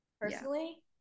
personally